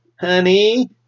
honey